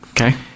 Okay